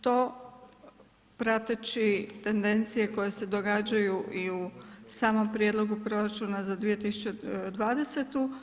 To prateći tendencije koje se događaju i u samom prijedlogu proračuna za 2020.